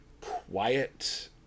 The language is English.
quiet